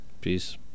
Peace